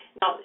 Now